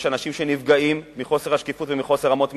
יש אנשים שנפגעים מחוסר השקיפות ומחוסר אמות המידה,